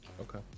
Okay